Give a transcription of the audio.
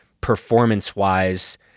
performance-wise